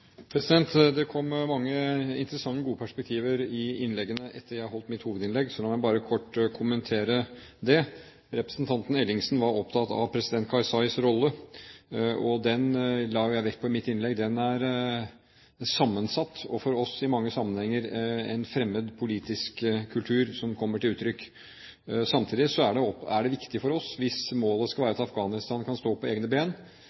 Det kom mange interessante og gode perspektiver i innleggene etter jeg holdt mitt hovedinnlegg, så la meg bare kort kommentere det. Representanten Ellingsen var opptatt av president Karzais rolle. Jeg la i mitt innlegg vekt på at den er sammensatt, og at det for oss i mange sammenhenger er en fremmed politisk kultur som kommer til uttrykk. Samtidig er det viktig for oss, hvis målet skal være at Afghanistan kan stå på egne ben,